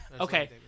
Okay